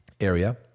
area